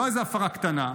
לא איזה הפרה קטנה,